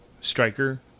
striker